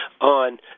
on